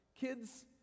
Kids